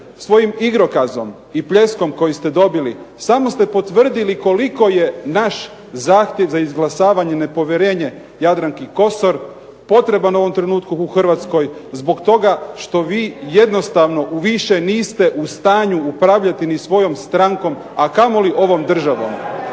svojim igrokazom i pljeskom koji ste dobili samo ste potvrdili koliko je naš zahtjev za izglasavanjem nepovjerenja Jadranki Kosor potreban u ovom trenutku u Hrvatskoj zbog toga što vi jednostavno više niste u stanju upravljati ni svojom strankom, a kamoli ovom državom.